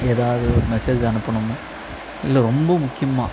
ஏதாவது ஒரு மெசேஜ் அனுப்பணும்னால் இல்லை ரொம்ப முக்கியமாக